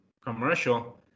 commercial